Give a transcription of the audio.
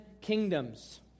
kingdoms